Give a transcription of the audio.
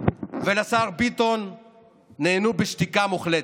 ואל השר ביטון נענו בשתיקה מוחלטת.